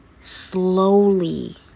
slowly